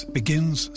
begins